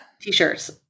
t-shirts